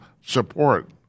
support